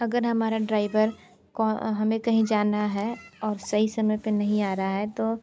अगर हमारा ड्राइवर हमें कहीं जाना है और सही समय पर नहीं आ रहा है तो